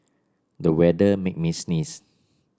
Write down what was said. the weather made me sneeze